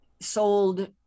sold